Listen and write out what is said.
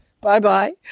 Bye-bye